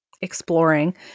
exploring